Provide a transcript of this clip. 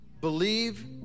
believe